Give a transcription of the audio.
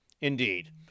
Indeed